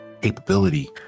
capability